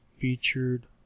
featured